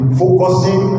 focusing